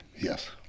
Yes